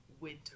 Winter